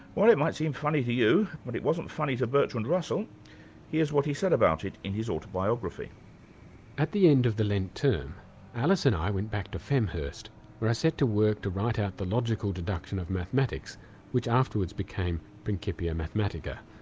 well it might seem funny to you but it wasn't funny to bertram russell here's what he said about it in his autobiography speaker at the end of the lent term alice and i went back to femhurst where i set to work to write out the logical deduction of mathematics which afterwards became principia mathematica.